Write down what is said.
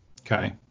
Okay